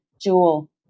Jewel